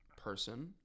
person